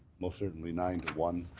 most certainly nine one